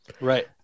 Right